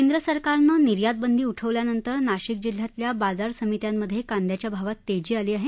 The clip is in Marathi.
केंद्र सरकारनं निर्यात बंदी उठवल्यानंतर नाशिक जिल्ह्यातल्या बाजार समित्यांमधे कांद्याच्या भावात तेजी आली आहे